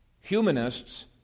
humanists